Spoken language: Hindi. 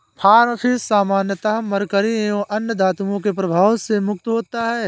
फार्म फिश सामान्यतः मरकरी एवं अन्य धातुओं के प्रभाव से मुक्त होता है